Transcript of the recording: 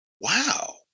wow